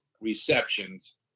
reception's